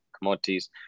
commodities